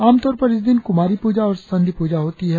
आमतौर पर इस दिन कुमारी पूजा और संधि पूजा होती है